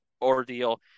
ordeal